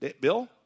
Bill